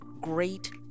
great